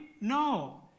No